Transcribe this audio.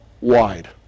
wide